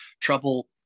trouble